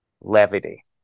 levity